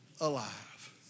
alive